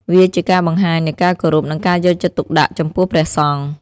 វាជាការបង្ហាញនូវការគោរព និងការយកចិត្តទុកដាក់ចំពោះព្រះសង្ឃ។